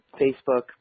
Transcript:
Facebook